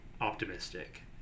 optimistic